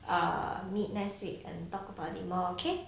err meet next week and talk about it more okay